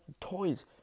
toys